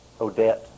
Odette